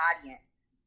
audience